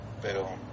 pero